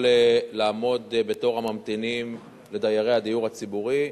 לעמוד בתור הממתינים של דיירי הדיור הציבורי.